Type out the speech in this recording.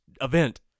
event